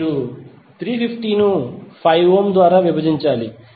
మీరు 350 ను 5 ఓం ద్వారా విభజించాలి